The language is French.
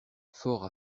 fort